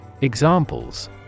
Examples